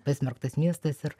pasmerktas miestas ir